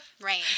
Right